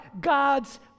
God's